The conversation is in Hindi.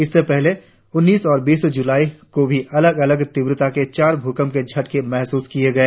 इससे पहले उन्नीस और बीस जुलाई को भी अलग अलग तीब्रता के चार भूकंप के झटके महसूस किए गए